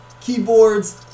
keyboards